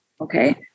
Okay